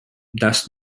thus